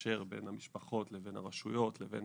יקשר בין המשפחות לבין הרשויות ולבין